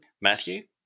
Matthew